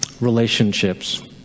relationships